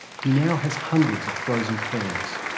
he now has hundreds of frozen friends,